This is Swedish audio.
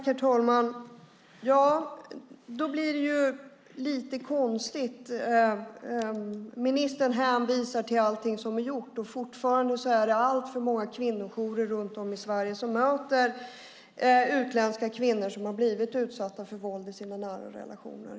Herr talman! Då blir det lite konstigt. Ministern hänvisar till allt som är gjort, och fortfarande är det alltför många kvinnojourer runt om i Sverige som möter utländska kvinnor som har blivit utsatta för våld i sina nära relationer.